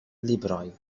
librojn